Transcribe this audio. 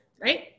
right